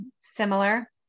similar